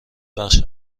بخش